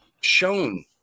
shown